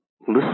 listen